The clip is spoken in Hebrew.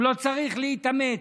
הוא לא צריך להתאמץ.